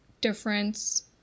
difference